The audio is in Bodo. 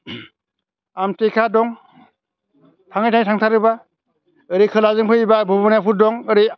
आमथेखा दं थाङै थाङै थांथारोब्ला ओरै खोलाजों फैयोब्ला भबानिफुर दं ओरै